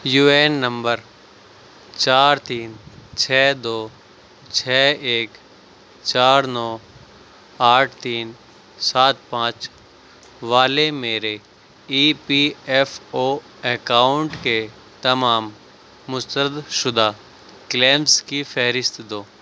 U A N نمبر چار تین چھ دو چھ ایک چار نو آٹھ تین سات پانچ والے میرے E P F O account کے تمام مسترد شدہ کلیمس کی فہرست دو